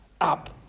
up